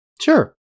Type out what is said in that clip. Sure